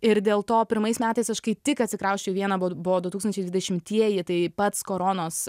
ir dėl to pirmais metais aš kai tik atsikrausčiau į vieną buv buvo du tūkstančiai dvidešimtieji tai pats koronos